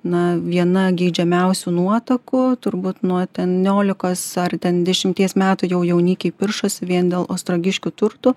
na viena geidžiamiausių nuotakų turbūt nuo ten niolikos ar ten dešimties metų jau jaunikiai piršosi vien dėl ostrogiškių turtų